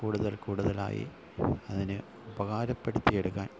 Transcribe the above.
കൂടുതൽ കൂടുതലായി അതിനെ ഉപകാരപ്പെടുത്തി എടുക്കാൻ